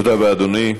תודה רבה, אדוני.